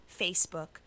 Facebook